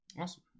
Awesome